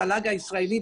התל"ג הישראלי,